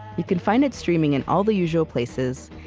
you can find it streaming in all the usual places,